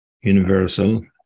universal